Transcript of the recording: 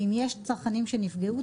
ואם יש צרכנים שנפגעו,